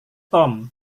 tom